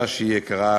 שמגר,